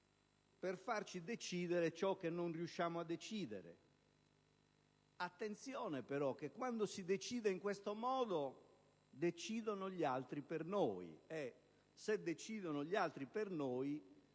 per farci decidere ciò che non riusciamo a decidere. Attenzione, però: quando si decide in questo modo decidono gli altri per noi. E se decidono gli altri per noi,